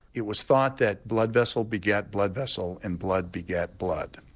it was thought that blood vessel begat blood vessel and blood begat blood.